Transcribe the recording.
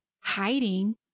hiding